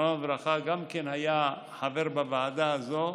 זיכרונו לברכה, היה חבר בוועדה הזאת,